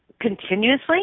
continuously